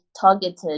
targeted